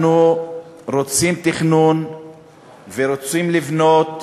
אנחנו רוצים תכנון ורוצים לבנות,